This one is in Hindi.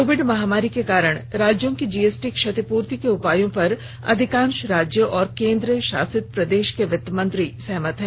कोविड महामारी के कारण राज्यों की जीएसटी क्षतिपूर्ति के उपायों पर अधिकांश राज्य और केन्द्रशासित प्रदेश के वित्तमंत्री सहमत हैं